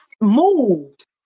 moved